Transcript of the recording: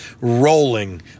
rolling